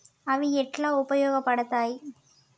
అవి ఎట్లా ఉపయోగ పడతాయి?